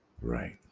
Right